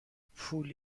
پول